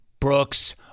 Brooks